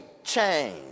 Change